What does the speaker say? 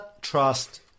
trust